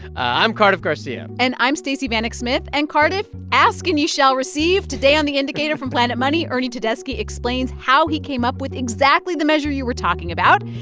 i'm cardiff garcia and i'm stacey vanek-smith. and, cardiff, ask and ye shall receive. today on the indicator from planet money, ernie tedeschi explains how he came up with exactly the measure you were talking about.